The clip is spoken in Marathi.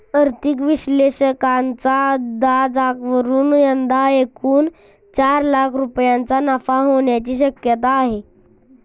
आर्थिक विश्लेषकांच्या अंदाजावरून यंदा एकूण चार लाख रुपयांचा नफा होण्याची शक्यता आहे